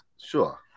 sure